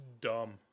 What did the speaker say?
dumb